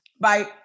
Bye